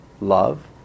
love